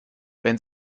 wenn